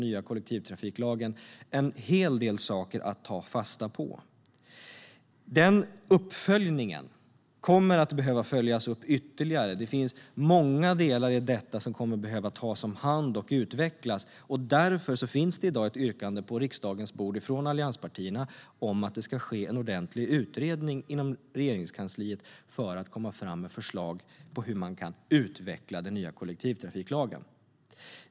Det finns en hel del saker att ta fasta på i den. Och uppföljningen kommer att behöva följas upp ytterligare. Många delar i detta kommer att behöva tas om hand och utvecklas. Därför finns det i dag ett yrkande på riksdagens bord från allianspartierna om en ordentlig utredning inom Regeringskansliet för att man ska komma fram till förslag på hur man kan utveckla den nya kollektivtrafiklagen.